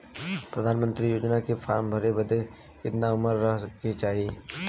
प्रधानमंत्री योजना के फॉर्म भरे बदे कितना उमर रहे के चाही?